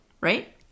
Right